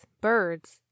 birds